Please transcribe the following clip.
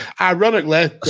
Ironically